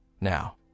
Now